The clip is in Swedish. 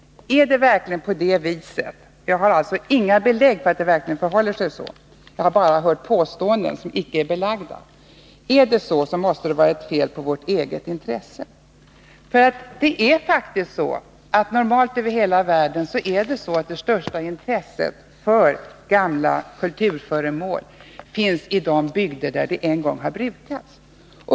Är det verkligen på det viset? Jag har inga belägg för att det förhåller sig så som det påståtts. Är det så, måste det vara fel på vårt eget intresse. Det är faktiskt normalt så över hela världen att det största intresset för gamla kulturföremål finns i de bygder där de en gång har brukats.